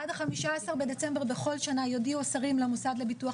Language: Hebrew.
עד ה-15 בדצמבר בכל שנה יודיעו השרים למוסד לביטוח